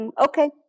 Okay